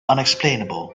unexplainable